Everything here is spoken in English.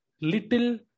little